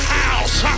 house